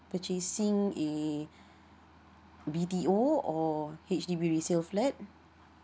purchasing a B_T_O or H_D_B resale flat